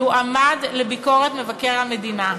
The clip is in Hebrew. יועמד לביקורת מבקר המדינה.